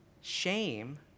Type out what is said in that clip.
Shame